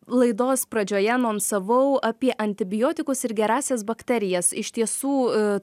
laidos pradžioje anonsavau apie antibiotikus ir gerąsias bakterijas iš tiesų